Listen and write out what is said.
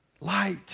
Light